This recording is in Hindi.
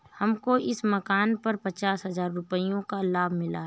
हमको इस मकान पर पचास हजार रुपयों का लाभ मिला है